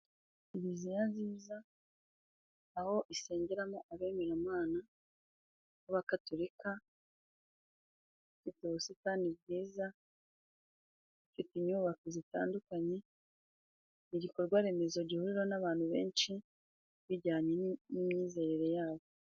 Kiriziya nziza aho isengeramo abemeramana b'abagatolika, bafite ubusitani bwiza, bafite inyubako zitandukanye, ni igikorwa remezo gihurira n'abantu benshi bijyanye n'imyizerere yabo.